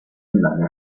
andare